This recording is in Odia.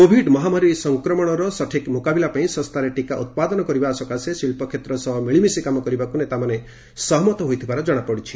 କୋଭିଡ ମହାମାରୀର ମୁକାବିଲା ପାଇଁ ଶସ୍ତାରେ ଟିକା ଉତ୍ପାଦନ କରିବା ସକାଶେ ଶିଳ୍ପ କ୍ଷେତ୍ର ସହ ମିଳିମିଶି କାମ କରିବାକୁ ନେତାମାନେ ସହମତ ହୋଇଥିବା କ୍ଷଣାପଡିଛି